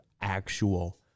actual